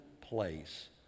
place